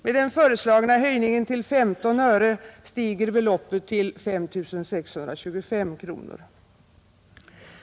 Med den föreslagna höjningen till 15 öre stiger beloppet till 5 625 kronor.